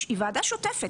היא ועדה שוטפת.